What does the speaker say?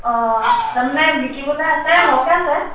অঁ তাৰমানে বিকিবলৈ আছে সৰহকৈ আছে